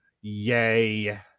yay